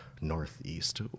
northeast